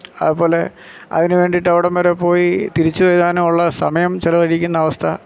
അതുപോലെ അതിനുവേണ്ടിയിട്ട് അവിടം വരെ പോയി തിരിച്ചുവരാനുള്ള സമയം ചെലവഴിക്കുന്ന അവസ്ഥ